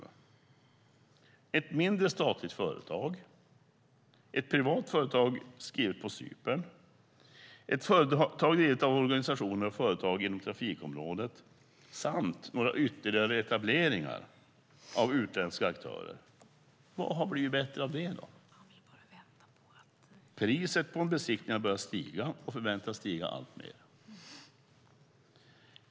Vi har fått ett mindre statligt företag, ett privat företag skrivet på Cypern och ett företag drivet av organisationer och företag inom trafikområdet samt några ytterligare etableringar av utländska aktörer. Vad har blivit bättre av det? Priset på en besiktning har börjat stiga och förväntas stiga alltmer.